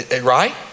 right